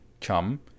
chum